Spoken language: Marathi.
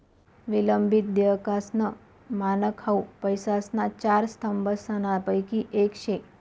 विलंबित देयकासनं मानक हाउ पैसासना चार स्तंभसनापैकी येक शे